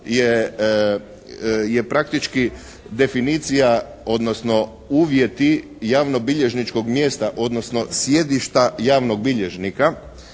je praktički definicija, odnosno uvjeti javnobilježničkog mjesta, odnosno sjedišta javnog bilježnika